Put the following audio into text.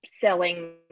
selling